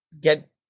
get